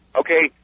okay